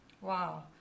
Wow